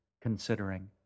considering